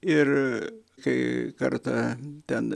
ir kai kartą ten